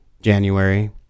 January